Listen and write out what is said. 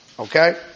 Okay